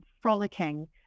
frolicking